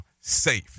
safe